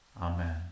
Amen